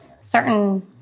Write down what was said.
certain